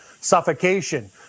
suffocation